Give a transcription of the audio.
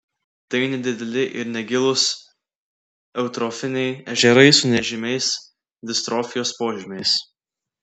tai nedideli ir negilūs eutrofiniai ežerai su nežymiais distrofijos požymiais